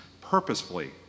purposefully